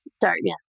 darkness